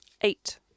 Eight